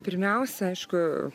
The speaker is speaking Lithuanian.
pirmiausia aišku